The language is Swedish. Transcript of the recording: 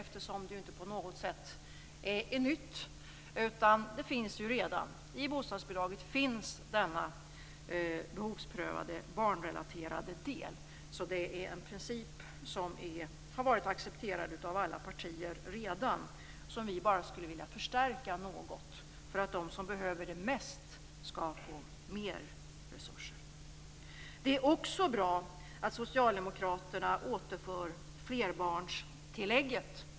Detta är ju inte på något sätt nytt. Det finns ju redan. I bostadsbidraget finns nämligen denna behovsprövade barnrelaterade del. Det är alltså en princip som redan accepterats av alla partier och som vi kristdemokrater bara skulle vilja förstärka något så att de som behöver det mest skall få mer resurser. Det är också bra att Socialdemokraterna återför flerbarnstillägget.